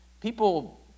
people